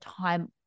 time